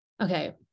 okay